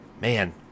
man